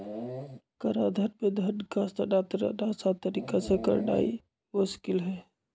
कराधान में धन का हस्तांतरण असान तरीका से करनाइ मोस्किल हइ